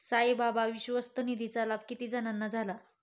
साईबाबा विश्वस्त निधीचा लाभ किती जणांना झाला?